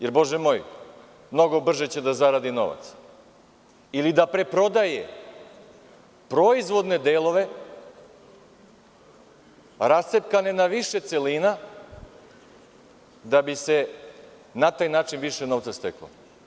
Jer, Bože moj, mnogo brže će da zaradi novac, ili da preprodaje proizvodne delove rascepkane na više celina, da bi se na taj način više novca steklo.